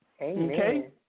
Okay